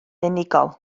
unigol